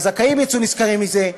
הזכאים יצאו נשכרים מזה,